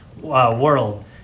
world